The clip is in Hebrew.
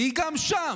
והיא גם שם.